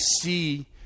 see